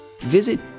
Visit